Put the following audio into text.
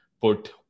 put